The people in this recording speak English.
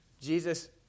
Jesus